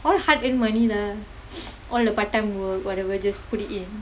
all hard earned money lah all the part time work whatever just put it in